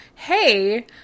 Hey